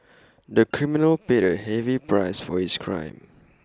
the criminal paid A heavy price for his crime